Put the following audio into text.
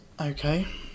Okay